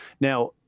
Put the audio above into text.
Now